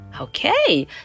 Okay